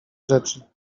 rzeczy